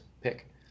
pick